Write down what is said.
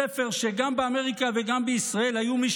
ספר שגם באמריקה וגם בישראל היו מי